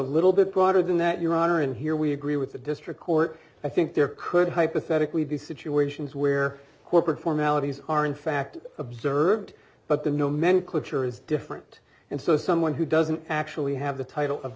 little bit broader than that your honor and here we agree with the district court i think there could hypothetically be situations where corporate formalities are in fact observed but the nomenklatura is different and so someone who doesn't actually have the title of